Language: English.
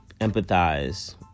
empathize